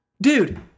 dude